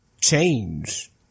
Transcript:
Change